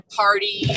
party